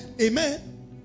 Amen